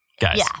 Guys